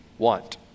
want